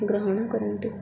ଗ୍ରହଣ କରନ୍ତୁ